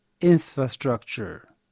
infrastructure